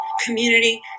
community